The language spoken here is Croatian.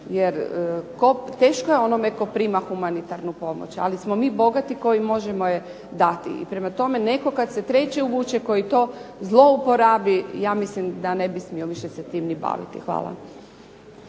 Jer teško je onome tko prima humanitarnu pomoć, ali smo mi bogati koji možemo je dati i prema tome, netko kad se treći uvuče koji to zlouporabi ja mislim da ne bi smio više se tim ni baviti. Hvala.